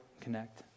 connect